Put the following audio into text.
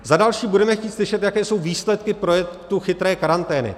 Za další budeme chtít slyšet, jaké jsou výsledky projektu chytré karantény.